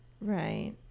right